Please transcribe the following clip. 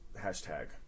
Hashtag